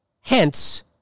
Hence